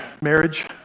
marriage